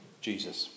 Jesus